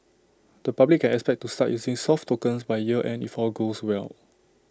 the public can expect to start using soft tokens by year end if all goes well